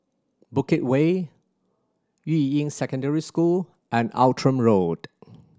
Bukit Way Yuying Secondary School and Outram Road